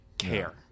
care